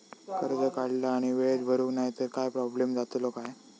कर्ज काढला आणि वेळेत भरुक नाय तर काय प्रोब्लेम जातलो काय?